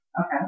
Okay